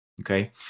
Okay